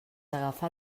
agafar